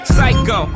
Psycho